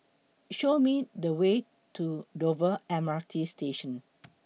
Show Me The Way to Dover M R T Station